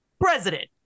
president